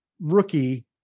rookie